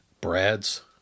Brad's